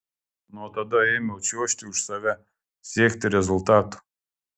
nuo tada ėmiau čiuožti už save siekti rezultatų